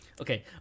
Okay